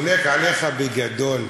וחולק עליך בגדול.